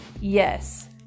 Yes